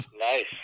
Nice